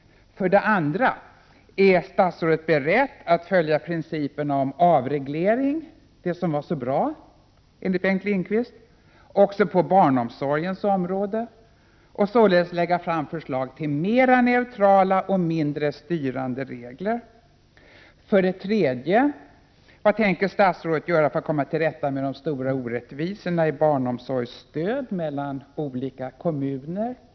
2. Är statsrådet beredd att följa principerna om avreglering — det som enligt Bengt Lindqvist var så bra — också på barnomsorgens område och således lägga fram förslag till mer neutrala och mindre styrande regler? 3. Vad tänker statsrådet göra för att komma till rätta med de stora orättvisorna vad gäller barnomsorgsstöd som finns mellan olika kommuner?